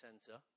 Center